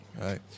Right